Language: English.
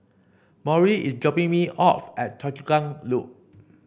Maury is dropping me off at Choa Chu Kang Loop